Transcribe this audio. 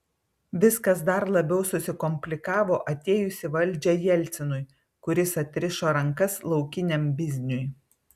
viskas dar labiau susikomplikavo atėjus į valdžią jelcinui kuris atrišo rankas laukiniam bizniui